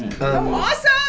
awesome